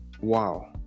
Wow